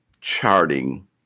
charting